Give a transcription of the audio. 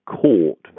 court